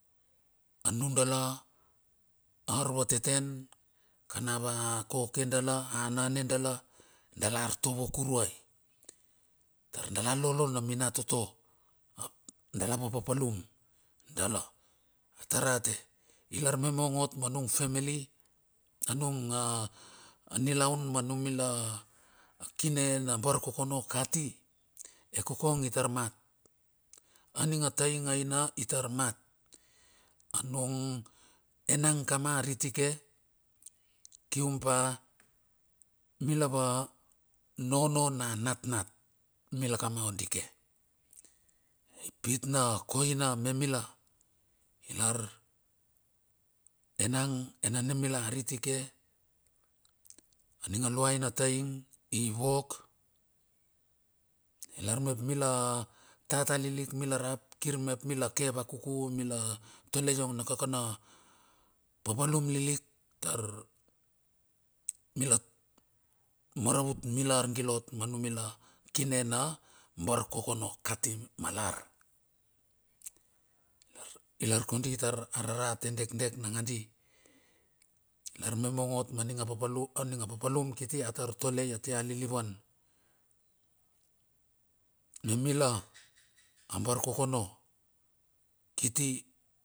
Anung da la ar vateten kan ava koke dale a nane dale dala ortovo kuruai tar dala lolo na minatoto up dala ma papalum dala. Ata rote, i lar me mong ot ma nung fameli anung a nilaun ma numila akine na bar kokono kati. E kokon i tar mat, a ning a tai ing a ina i tar mat, anong enang kama kariti ke kiuna pa mila va nono na natnat mila kama o dike. E pit na koina me mila i lar enang, enane mila, aritiki. Aning a luai na taing i wok a lar mep mila tatalilik milarap kir mep mila ke vakuku milu tole yong na ka kana paplum lilik tar mila maravut mila argil ot ma ma numila kine na bar kokono kati ma lar. I lar, i lar kondi tar a rarate dekdek nagundi, ilar me mong ot ma ning a papalum a ning a papalum kiti a tar tol ai atia lilivan me mila mila a bar kokono kiti.